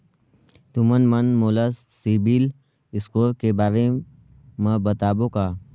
तुमन मन मोला सीबिल स्कोर के बारे म बताबो का?